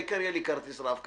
העיקר יהיה לי כרטיס רב קו,